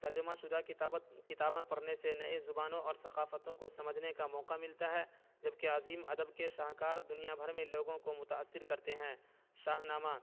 ترجمہ شدہ کتابت کتاباں پڑھنے سے نئے زبانوں اور ثقافتوں کو سمجھنے کا موقع ملتا ہے جب کہ عظیم ادب کے شاہکار دنیا بھر میں لوگوں کو متأثر کرتے ہیں شاہ نامہ